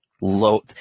low